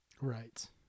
Right